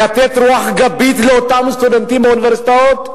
לתת רוח גבית לאותם סטודנטים באוניברסיטאות,